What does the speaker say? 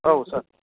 औ सार